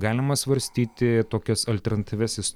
galima svarstyti tokias alternatyvias